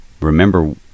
Remember